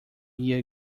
year